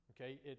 Okay